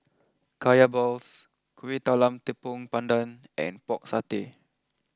Kaya Balls Kuih Talam Tepong Pandan and Pork Satay